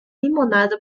limonada